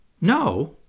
No